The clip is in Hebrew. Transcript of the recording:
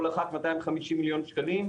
כל אחת 250 מיליון ₪?